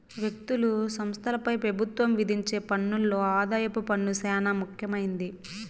వ్యక్తులు, సంస్థలపై పెబుత్వం విధించే పన్నుల్లో ఆదాయపు పన్ను సేనా ముఖ్యమైంది